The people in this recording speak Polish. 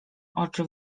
oczy